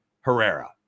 Herrera